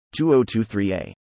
2023a